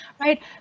right